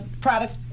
product